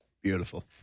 Beautiful